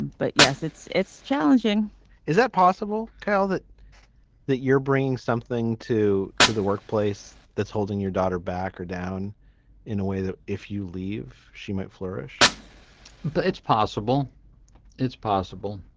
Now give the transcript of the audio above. but yes it's it's challenging is that possible. kyle that that you're bringing something to to the workplace that's holding your daughter back or down in a way that if you leave she might flourish but it's possible it's possible.